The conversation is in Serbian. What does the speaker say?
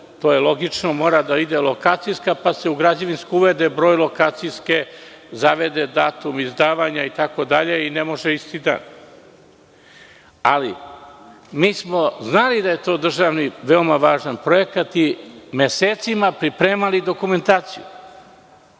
To je logično. Mora da ide lokacijska, pa se u građevinsku uvede broj lokacijske, zavede se datum izdavanja itd. i ne može isti dan. Ali, mi smo znali da je to državni veoma važan projekat i mesecima smo pripremali dokumentaciju.